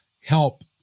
help